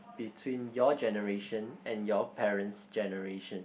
between your generation and your parents generation